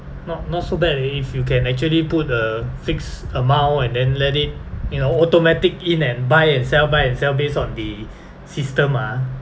not not so bad if you can actually put a fixed amount and then let it you know automatic in and buy and sell buy and sell based on the system ah